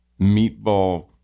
meatball